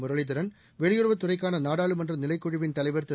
முரளிதரன் வெளியுறவுத்துறைக்கான நாடாளுமன்ற நிலைக்குழுவின் தலைவர் திரு